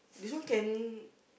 this one can